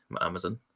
Amazon